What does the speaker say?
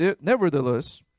nevertheless